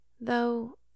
though